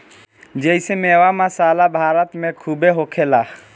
जेइसे मेवा, मसाला भारत मे खूबे होखेला